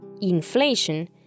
Inflation